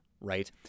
right